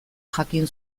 jakin